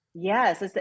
Yes